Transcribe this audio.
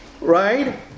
right